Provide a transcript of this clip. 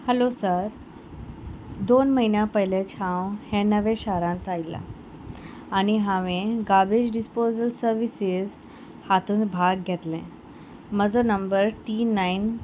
hello sir दोन म्हयन्या पयलेंच हांव हे नवे शारांत आयलां आनी हांवें गार्बेज डिस्पोजल सर्विसीस हातूंत भाग घेतलें म्हजो नंबर टी नायन